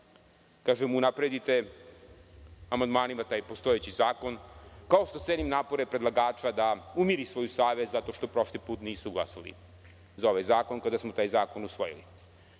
da unapredite amandmanima taj postojeći zakon, kao što cenim napore predlagača da umiri svoju savest zato što prošli put nisu glasali za ovaj zakon kada smo taj zakon usvojili. Lično